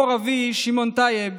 מו"ר אבי, שמעון טייב,